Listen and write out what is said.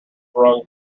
wrung